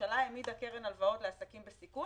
הממשלה העמידה קרן הלוואות לעסקים בסיכון